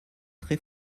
très